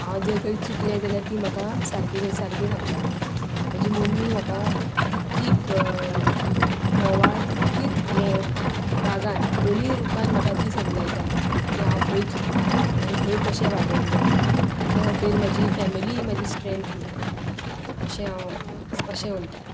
हांव जर खंय चुकलें जाल्यार तीं म्हाका सारकी कर सारकें सांगता म्हाजी मम्मी म्हाका जितकी फ म्होंव्हाळ तितकीत हें रागान दोनीय रुपान म्हाका ती समजायता की हांव खंय चुकता हांवें खंय कशें वागूंग जाय त्या खातीर म्हाजी फॅमिली ही म्हजी स्ट्रँथ म्हणजे अशें हांव अशें म्हणटा